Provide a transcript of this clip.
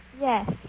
Yes